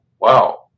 wow